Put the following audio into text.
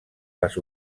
les